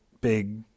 big